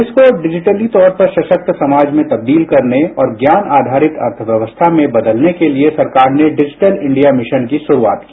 देश को डिजिटली तौर पर सशक्त समाज में तब्दील करने और ज्ञान आधारित अर्थव्यवस्था में बदलने के लिए सरकार ने डिजिटल इंडिया मिशन की शुरुआत की